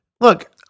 look